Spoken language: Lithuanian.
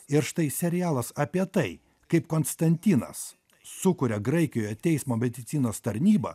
ir štai serialas apie tai kaip konstantinas sukuria graikijoje teismo medicinos tarnybą